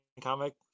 comic